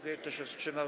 Kto się wstrzymał?